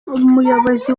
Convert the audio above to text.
umuyobozi